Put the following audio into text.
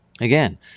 again